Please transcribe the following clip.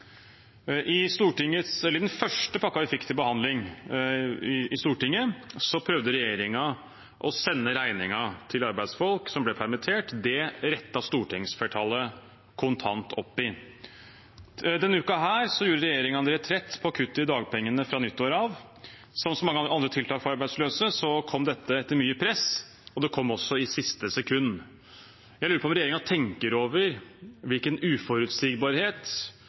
I den første pakken vi fikk til behandling i Stortinget, prøvde regjeringen å sende regningen til arbeidsfolk som ble permittert. Det rettet stortingsflertallet kontant opp i. Denne uken gjorde regjeringen retrett på kuttet i dagpengene fra nyttår av. Som så mange andre tiltak for arbeidsløse kom dette etter mye press, og det kom også i siste sekund. Jeg lurer på om regjeringen tenker over hvilken uforutsigbarhet